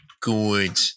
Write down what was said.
good